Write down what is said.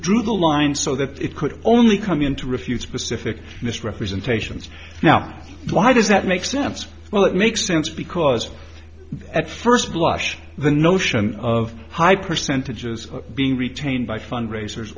drew the line so that it could only come in to refute specific misrepresentations now why does that make sense well it makes sense because at first blush the notion of high percentages being retained by fundraisers